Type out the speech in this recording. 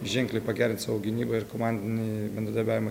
ženkliai pagerinti savo gynybą ir komandinį bendradarbiavimą